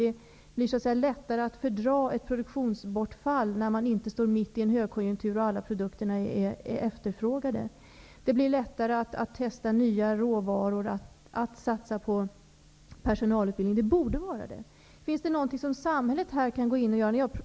Det blir så att säga lättare att fördra ett produktionsbortfall när man inte står mitt i en högkonjunktur och när inte alla produkterna är efterfrågade. Det blir lättare att testa nya råvaror och att satsa på personalutbildning -- det borde vara det. Finns det någonting som samhället kan gå in och göra?